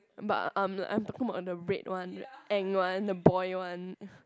but I'm I'm talking about the red one Anng one the boy one